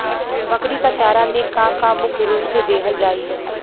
बकरी क चारा में का का मुख्य रूप से देहल जाई?